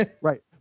Right